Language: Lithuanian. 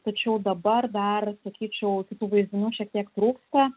tačiau dabar dar sakyčiau tokių vaizdinių šiek tiek trūksta